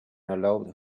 allowed